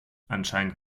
anscheinend